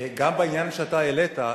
גם בעניין שאתה העלית,